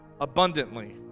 abundantly